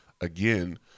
again